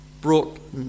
brought